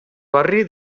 barri